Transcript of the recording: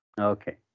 Okay